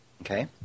Okay